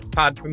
pod